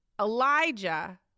Elijah